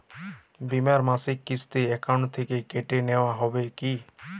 বিমার মাসিক কিস্তি অ্যাকাউন্ট থেকে কেটে নেওয়া হবে কি?